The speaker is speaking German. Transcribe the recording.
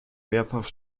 mehrfach